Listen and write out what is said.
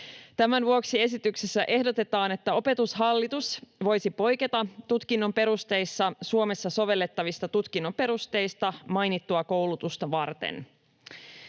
Tämän vuoksi esityksessä ehdotetaan, että Opetushallitus voisi poiketa tutkinnon perusteissa Suomessa sovellettavista tutkinnon perusteista mainittua koulutusta varten.